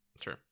Sure